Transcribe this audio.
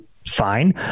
fine